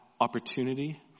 opportunity